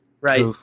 right